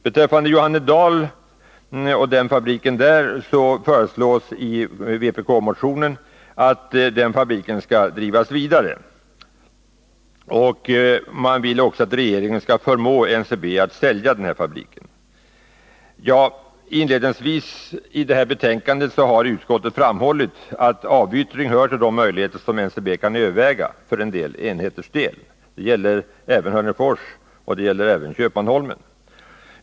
Beträffande Johannedal föreslås i vpk-motionen att fabriken där skall drivas vidare, och man vill även att regeringen skall förmå NCB att sälja fabriken. Utskottet har i betänkandet inledningsvis framhållit att avyttring hör till de möjligheter som NCB kan överväga i fråga om vissa enheter — det gäller Hörnefors och det gäller även Köpmanholmen.